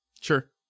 Sure